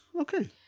okay